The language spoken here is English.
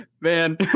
Man